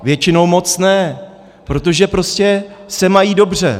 Většinou moc ne, protože prostě se mají dobře.